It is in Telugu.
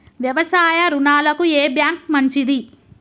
వ్యవసాయ రుణాలకు ఏ బ్యాంక్ మంచిది?